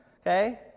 Okay